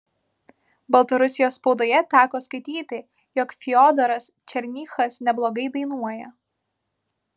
baltarusijos spaudoje teko skaityti jog fiodoras černychas neblogai dainuoja